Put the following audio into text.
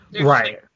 Right